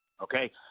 Okay